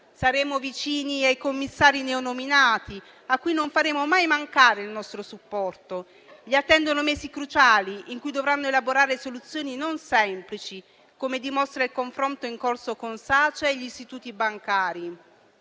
Saremo vicini ai commissari neonominati, a cui non faremo mai mancare il nostro supporto. Li attendono mesi cruciali, in cui dovranno elaborare soluzioni non semplici, come dimostra il confronto in corso con Sace e gli istituti bancari,